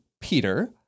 Peter